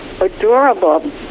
adorable